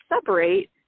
separate